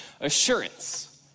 assurance